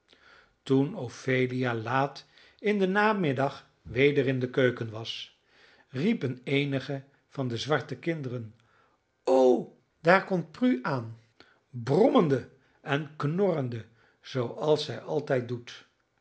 toen ophelia laat in den namiddag weder in de keuken was riepen eenige van de zwarte kinderen o daar komt prue aan brommende en knorrende zooals zij altijd doet